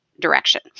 direction